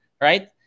right